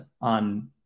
on